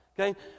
okay